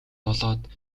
болоод